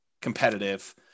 competitive